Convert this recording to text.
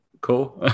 Cool